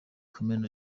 kamena